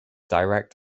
direct